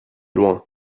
loin